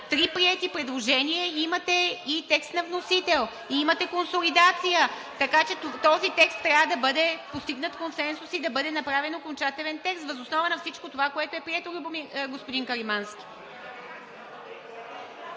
три приети предложения, имате и текст на вносител, имате и консолидация, така че по този текст трябва да бъде постигнат консенсус и да бъде направен окончателен текст въз основа на всичко това, което е прието, господин Каримански.